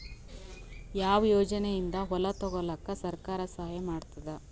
ಯಾವ ಯೋಜನೆಯಿಂದ ಹೊಲ ತೊಗೊಲುಕ ಸರ್ಕಾರ ಸಹಾಯ ಮಾಡತಾದ?